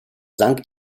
sank